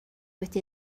wedi